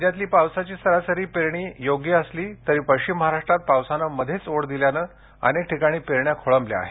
राज्यातली पावसाची सरासरी पेरणी योग्य असली तरी पश्चिम महाराष्ट्रात पावसानं मध्येच ओढ दिल्यामूळे अनेक ठिकाणी पेरण्या खोळंबल्या आहेत